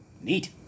Neat